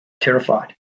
terrified